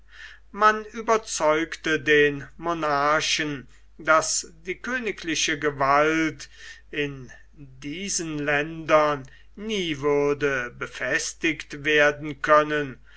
man überzeugte den monarchen daß die königliche gewalt in diesen ländern nie würde befestigt werden können